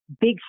big